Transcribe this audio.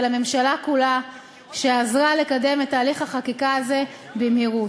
ולממשלה כולה שעזרה לקדם את תהליך החקיקה הזה במהירות.